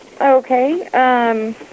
Okay